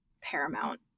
paramount